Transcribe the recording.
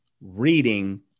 reading